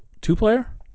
Two-player